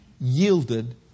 yielded